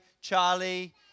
Charlie